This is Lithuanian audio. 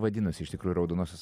vadinosi iš tikrųjų raudonosios